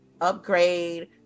upgrade